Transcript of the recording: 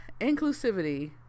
Inclusivity